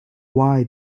why